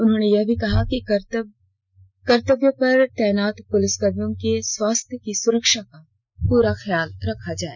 उन्होंने यह भी कहा कि कर्तव्य पर तैनात पुलिसकर्मियों को स्वास्थ्य की स्रक्षा का पूरा ख्याल रखा जाए